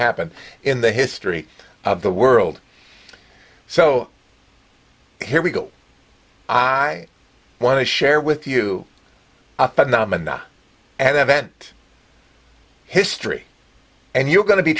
happened in the history of the world so here we go i want to share with you a phenomena and event history and you're going to be